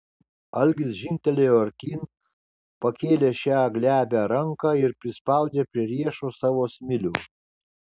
algis žingtelėjo artyn pakėlė šią glebią ranką ir prispaudė prie riešo savo smilių